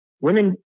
women